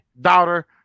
daughter